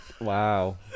Wow